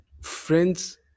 friends